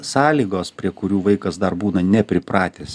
sąlygos prie kurių vaikas dar būna nepripratęs